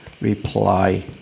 reply